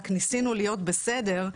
רק ניסינו להיות בסדר,